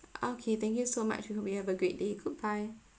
okay thank you so much we hope you have a great day goodbye